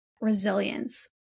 resilience